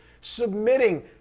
Submitting